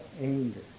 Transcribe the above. anger